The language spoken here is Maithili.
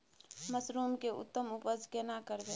मसरूम के उत्तम उपज केना करबै?